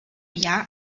jahr